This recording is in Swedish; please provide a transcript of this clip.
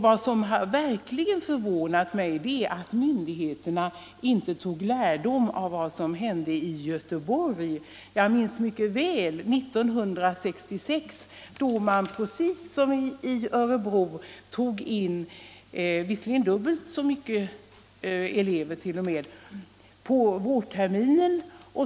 Vad som verkligen förvånat mig är att myndigheterna inte tog lärdom av vad som hände i Göteborg. Jag minns mycket väl hur man 1966, precis som i Örebro, tog in t.o.m. dubbelt så mycket elever på vårterminen.